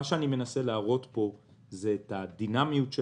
מה שאני מנסה להראות פה זה את הדינמיות של